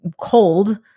cold